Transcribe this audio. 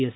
S